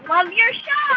love your show